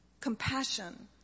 compassion